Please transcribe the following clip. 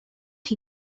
chi